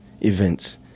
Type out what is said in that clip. events